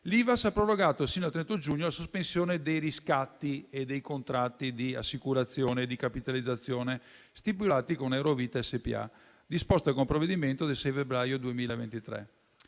l'Ivass ha prorogato sino al 31 giugno la sospensione dei riscatti e dei contratti di assicurazione e di capitalizzazione stipulati con Eurovita SpA, disposta con provvedimento del 6 febbraio 2023.